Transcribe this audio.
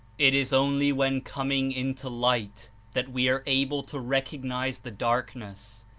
it is only when coming into light that we are able to recognize the darkness,